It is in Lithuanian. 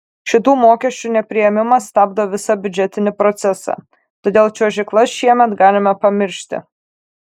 šitų mokesčių nepriėmimas stabdo visą biudžetinį procesą todėl čiuožyklas šiemet galime pamiršti